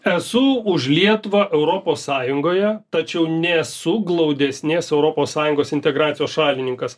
esu už lietuvą europos sąjungoje tačiau nesu glaudesnės europos sąjungos integracijos šalininkas